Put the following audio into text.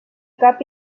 cap